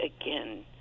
again